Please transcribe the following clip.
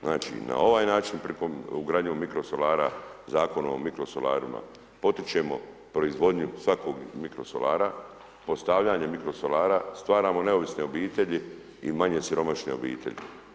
Znači, na ovaj način, ugradnjom mikro solara, Zakonom o mikrosalarima potičemo proizvodnju svakog mikro solara, postavljanjem mikro solara stvaramo neovisne obitelji i manje siromašne obitelji.